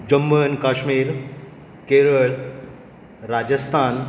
Jammu and Kashmir Kerala Rajasthan